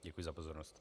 Děkuji za pozornost.